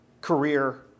career